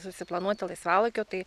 susiplanuoti laisvalaikio tai